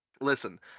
Listen